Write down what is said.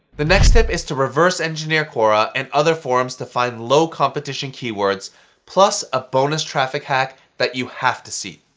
the next tip is to reverse engineer quora and other forums to find low competition keywords plus a bonus traffic hack that you have to see.